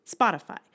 Spotify